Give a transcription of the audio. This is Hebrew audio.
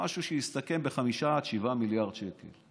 זה משהו שיסתכם ב-5 7 מיליארד שקל.